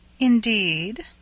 Indeed